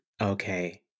Okay